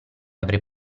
avrei